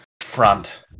front